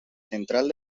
central